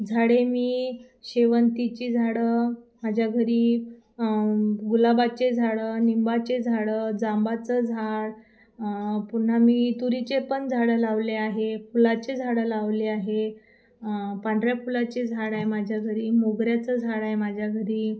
झाडे मी शेवंतीची झाडं माझ्या घरी गुलाबाचे झाडं निंबाचे झाडं जांभळाचं झाड पुन्हा मी तुरीचे पण झाडं लावले आहे फुलाचे झाडं लावले आहे पांढऱ्या फुलाचे झाड आहे माझ्या घरी मोगऱ्याचं झाड आहे माझ्या घरी